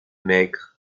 maigre